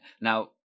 Now